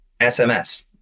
SMS